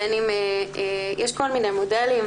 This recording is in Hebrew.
יש כל מיני מודלים,